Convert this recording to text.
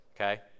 Okay